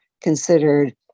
considered